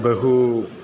बहु